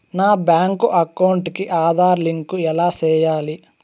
నా bank account కి Aadhaar link ఎలా సేయాలి